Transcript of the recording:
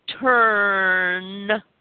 turn